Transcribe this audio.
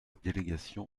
délégation